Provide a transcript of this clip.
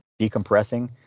decompressing